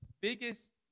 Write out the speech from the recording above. biggest